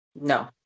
No